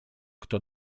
kto